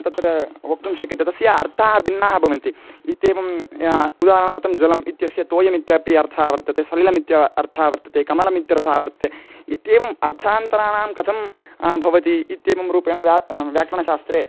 तत्र वक्तुं शक्यते तस्य अर्थाः भिन्नाः भवन्ति इत्येवं उदाहरणार्थं जलम् इत्यस्य तोयम् इत्यपि अर्थः वर्तते सलिलमिति अर्थः वर्तते कमलमित्यर्थः वर्तते इत्येवम् अर्थान्तराणां कथं भवति इत्येवं रूपेण व्या व्याकरणशास्त्रे